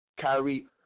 Kyrie